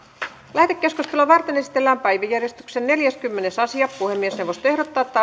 lähetekeskustelua varten esitellään päiväjärjestyksen neljäskymmenes asia puhemiesneuvosto ehdottaa että